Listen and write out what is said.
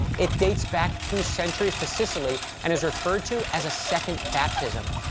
it dates back two centuries to sicily and is referred to as a second baptism.